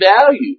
value